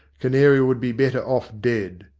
canary would be better off, dead.